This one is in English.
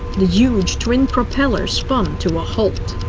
the huge twin propellors spun to a halt.